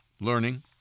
learning